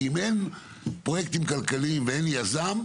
כי אם אין פרויקטים כלכליים ואין לי יזם,